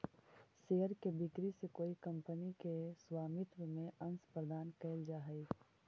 share के बिक्री से कोई कंपनी के स्वामित्व में अंश प्रदान कैल जा हइ